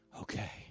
Okay